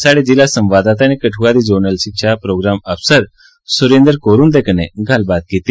स्हाड़े जिला संवाददाता नै कठुआ दी ज़ोनल शिक्षा प्रोग्राम अफसर सुरिंदर कोर हुंदे कन्नै गल्लबात कीती